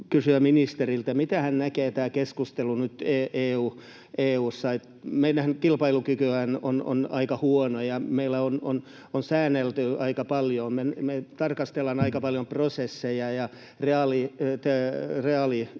miten hän näkee tämän keskustelun nyt EU:ssa. Meidän kilpailukykymmehän on aika huono, ja meillä on säännelty aika paljon. Me tarkastellaan aika paljon prosesseja, ja reaalitalous